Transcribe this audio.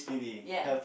ya